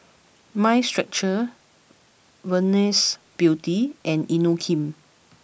Mind Stretcher Venus Beauty and Inokim